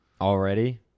Already